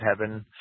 heaven